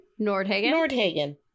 Nordhagen